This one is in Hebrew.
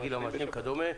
לגיל המעשנים וכדומה,